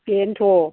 बेनोथ'